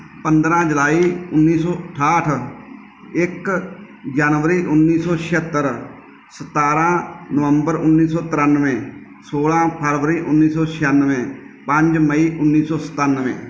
ਪੰਦਰਾਂ ਜੁਲਾਈ ਉੱਨੀ ਸੌ ਅਠਾਹਠ ਇੱਕ ਜਨਵਰੀ ਉੱਨੀ ਸੌ ਛਿਹੱਤਰ ਸਤਾਰਾਂ ਨਵੰਬਰ ਉੱਨੀ ਸੌ ਤਰਾਨਵੇਂ ਸੋਲ੍ਹਾਂ ਫਰਵਰੀ ਉੱਨੀ ਸੌ ਛਿਆਨਵੇਂ ਪੰਜ ਮਈ ਉੱਨੀ ਸੌ ਸਤਾਨਵੇਂ